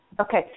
Okay